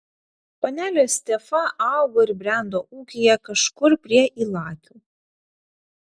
panelė stefa augo ir brendo ūkyje kažkur prie ylakių